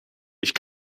ich